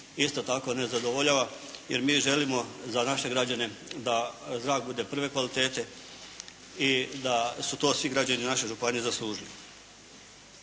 isto tako ne zadovoljava, jer mi želimo za naše građane da zrak bude prve kvalitete i da su to svi građani naše županije zaslužili.